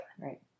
right